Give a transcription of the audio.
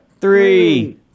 three